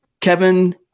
Kevin